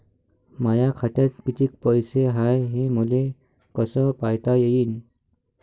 माया खात्यात कितीक पैसे हाय, हे मले कस पायता येईन?